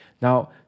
Now